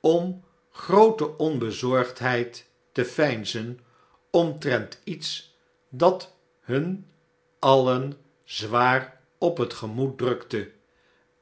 om groote onbezorgdheid te veinzen omtrent iets dat hun alien zwaar op het gemoed drukte